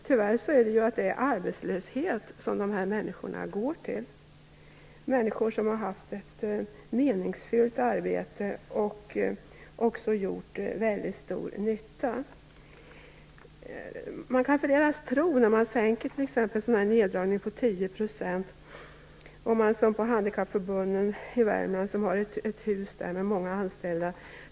Tyvärr är det arbetslöshet dessa människor går till, människor som har haft ett meningsfullt arbete och också gjort väldigt stor nytta. Handikappförbunden i Värmland har ett hus med många anställda.